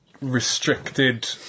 restricted